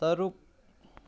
ꯇꯔꯨꯛ